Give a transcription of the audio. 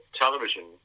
television